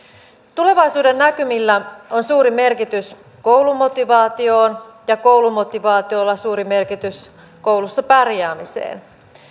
tulevaisuudennäkymillä on suuri merkitys koulumotivaatiolle ja koulumotivaatiolla suuri merkitys koulussa pärjäämiselle